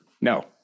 no